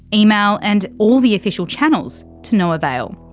email and all the official channels to no avail.